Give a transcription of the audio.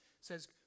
says